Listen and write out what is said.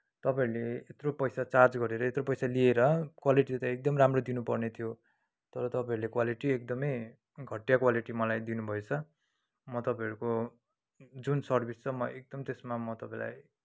तपाईँहरूले यत्रो पैसा चार्ज गरेर यत्रो पैसा लिएर क्वालिटी त एकदम राम्रो दिनुपर्ने थियो तर तपाईँहरूले क्वालिटी एकदमै घटिया क्वालिटी मलाई दिनुभएछ म तपाईँहरूको जुन सर्भिस छ म एकदम त्यसमा म तपाईँलाई